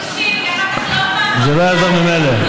זה לא יעזור ממילא.